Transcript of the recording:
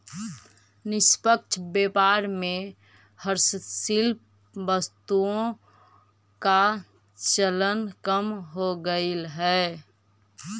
निष्पक्ष व्यापार में हस्तशिल्प वस्तुओं का चलन कम हो गईल है